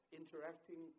interacting